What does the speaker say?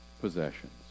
possessions